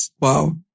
Wow